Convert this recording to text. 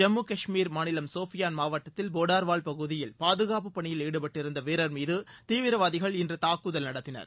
ஜம்மு காஷ்மீர் மாநிலம் சோஃபியான் மாவட்டத்தில் போடர்வால் பகுதியில் பாதுகாப்பு பணியில் ஈடுபட்டிருந்த வீரர் மீது தீவிரவாதிகள் இன்று தாக்குதல் நடத்தினர்